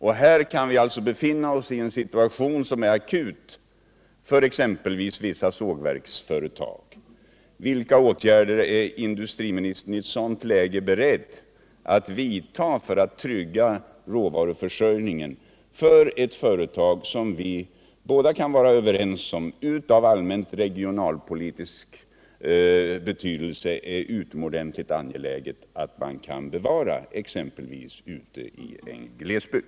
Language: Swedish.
Här kan vi alltså befinna oss i en akut situation för exempelvis sågverksföretagen. Vilka åtgärder är industriministern i ett sådant läge beredd att vidta för att trygga råvaruförsörjningen för ett företag som vi båda kan vara överens om att det ur allmän regionalpolitisk synpunkt är utomordentligt angeläget att bevara, exempelvis ute i en glesbygd?